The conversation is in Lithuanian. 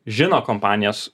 žino kompanijas